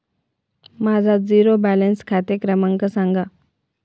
माझा zero balance खाते क्रमांक सांगा